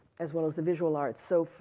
as well as the visual arts. so,